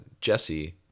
Jesse